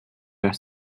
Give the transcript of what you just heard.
her